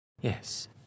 Yes